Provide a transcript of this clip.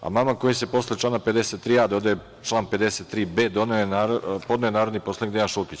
Amandman kojim se posle člana 53a dodaje član 53b podneo je narodni poslanik Dejan Šulkić.